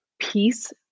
peace